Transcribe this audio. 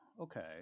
okay